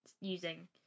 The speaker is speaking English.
using